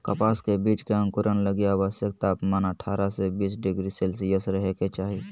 कपास के बीज के अंकुरण लगी आवश्यक तापमान अठारह से बीस डिग्री सेल्शियस रहे के चाही